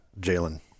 Jalen